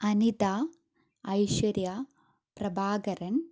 Anitha Aishwarya Prabhakaran